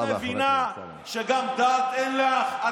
אז את מבינה שגם דעת אין לך?